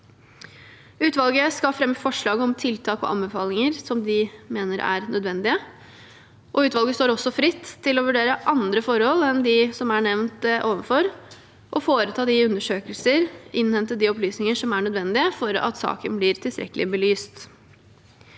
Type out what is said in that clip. Utvalget skal fremme forslag om tiltak og anbefalinger det mener er nødvendige. Utvalget står også fritt til å vurdere andre forhold enn dem som er nevnt ovenfor, og foreta de undersøkelser og innhente de opplysninger som er nødvendige for at saken blir tilstrekkelig belyst.